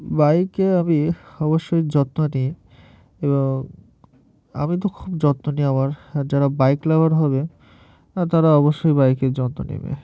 বাইকে আমি অবশ্যই যত্ন নিই এবং আমি তো খুব যত্ন নিই আমার আর যারা বাইক লাভার হবে তারা অবশ্যই বাইকের যত্ন নেবে